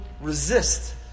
resist